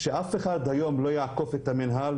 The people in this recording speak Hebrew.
כך שאף אחד לא יעקוף היום את המנהל.